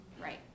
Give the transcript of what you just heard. Right